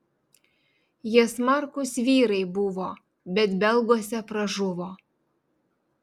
jie smarkūs vyrai buvo bet belguose pražuvo